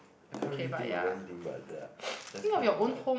I can't really think of anything but ya that's kind of like